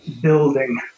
building